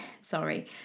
sorry